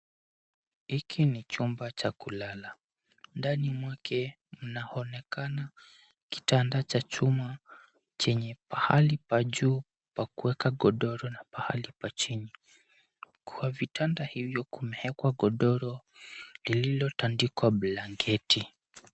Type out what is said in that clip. Hiki ni chumba cha kulala, ndani mwake mnaonekana kitanda cha chuma chenye pahali pa juu pa kuwekwa godoro na pahali pa chini. Kwa vitanda hivyo kumewekwa godoro lililotandikwa blanketi.